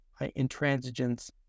intransigence